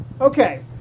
Okay